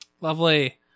Lovely